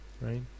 Right